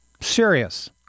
serious